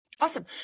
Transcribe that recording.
Awesome